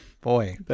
boy